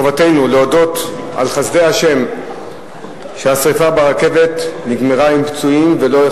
חובתנו להודות על חסדי השם שהשרפה ברכבת נגמרה עם פצועים ולא,